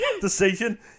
decision